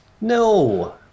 No